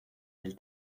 del